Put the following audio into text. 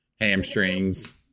hamstrings